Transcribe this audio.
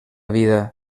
vida